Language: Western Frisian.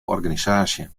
organisaasje